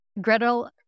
Gretel